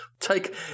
Take